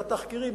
את התחקירים,